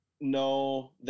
No